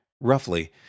Roughly